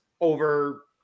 over